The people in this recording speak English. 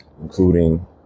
including